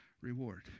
reward